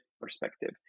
perspective